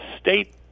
state